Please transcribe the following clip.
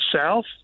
South